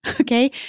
Okay